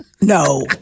No